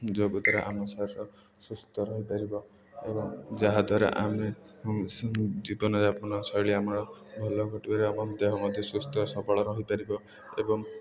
ଯୋଗ ଦ୍ୱାରା ଆମ ଶରୀର ସୁସ୍ଥ ରହିପାରିବ ଏବଂ ଯାହାଦ୍ୱାରା ଆମେ ଜୀବନଯାପନ ଶୈଳୀ ଆମର ଭଲ ଘଟିବାର ଏବଂ ଦେହ ମଧ୍ୟ ସୁସ୍ଥ ସବଳ ରହିପାରିବ ଏବଂ